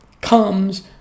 comes